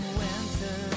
winter